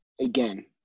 again